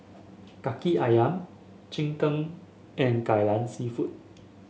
kaki ayam Cheng Tng and Kai Lan seafood